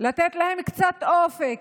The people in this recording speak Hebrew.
לתת להם קצת אופק,